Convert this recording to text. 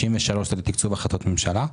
63 מיליון ש"ח הם לתקצוב החלטות ממשלה,